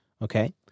Okay